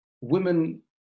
women